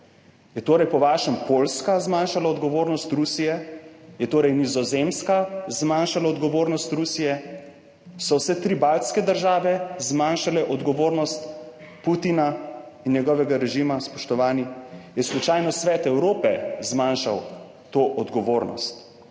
Je torej po vašem Poljska zmanjšala odgovornost Rusije, je torej Nizozemska zmanjšala odgovornost Rusije, so vse tri baltske države zmanjšale odgovornost Putina in njegovega režima, spoštovani? Je slučajno Svet Evrope zmanjšal to odgovornost?